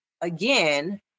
again